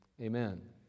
Amen